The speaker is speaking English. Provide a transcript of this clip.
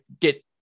get